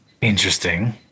Interesting